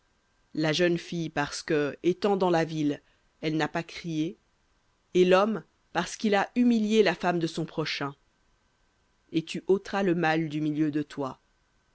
la jeune fille parce que étant dans la ville elle n'a pas crié et l'homme parce qu'il a humilié la femme de son prochain et tu ôteras le mal du milieu de toi